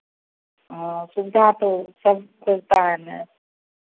हाँ सुविधा तो सब खोजता है ना